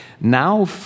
Now